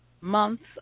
months